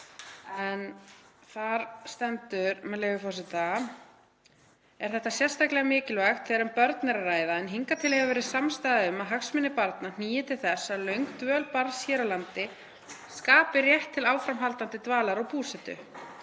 Þar stendur, með leyfi forseta: „Er þetta sérstaklega mikilvægt þegar um börn er að ræða en hingað til hefur verið samstaða um að hagsmunir barna hnígi til þess að löng dvöl barns hér á landi skapi rétt til áframhaldandi dvalar og búsetu,